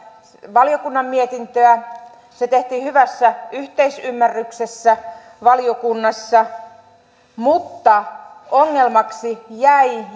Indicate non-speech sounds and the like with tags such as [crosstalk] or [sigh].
valiokunnan mietintöä se tehtiin hyvässä yhteisymmärryksessä valiokunnassa mutta ongelmaksi jäi [unintelligible]